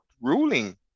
ruling